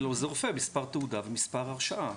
ולעוזר רופא מספר תעודה ומספר הרשאה.